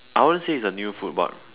I won't say it's a new food but